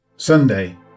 Sunday